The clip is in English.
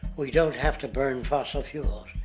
we don't have to burn fossil fuels.